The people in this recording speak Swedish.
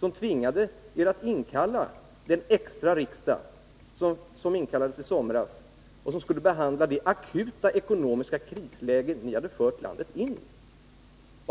som tvingade er att inkalla det extra riksmötet i somras för att behandla det akuta ekonomiska krisläge ni hade fört landet in i.